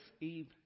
Eve